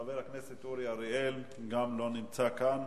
חבר הכנסת אורי אריאל, גם לא נמצא כאן.